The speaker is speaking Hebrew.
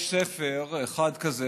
יש ספר אחד כזה